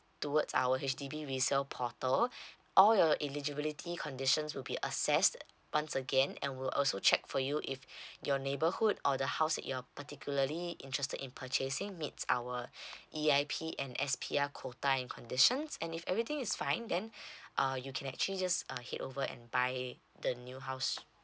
toward our H_D_B resell portal all your eligibility conditions will be assessed once again and will also check for you if your neighborhood or the house you're particularly interested in purchasing meets our E_I_P and S_P_R quota and conditions and if everything is fine then uh you can actually just uh ahead over and buy the new house